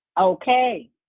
Okay